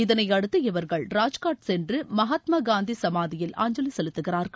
இதனையடுத்து இவர்கள் ராஜ்காட் சென்று மகாத்மா காந்தி சுமாதியில் அஞ்சலி செலுத்துகிறார்கள்